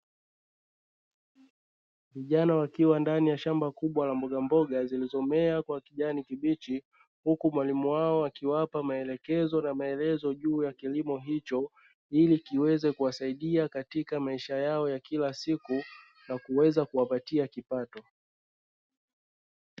Vijana wakiwa ndani ya shamba kubwa la mboga mboga zilizomea kwa kijani kibichi. Huku mwalimu wao akiwapa maelekezo na maelezo juu ya kilimo hicho ili kiweze kuwasaidia katika maisha yao ya kila siku na kuweza kuwapatia kipato.